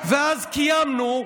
ואז קיימנו.